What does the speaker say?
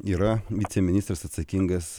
yra viceministras atsakingas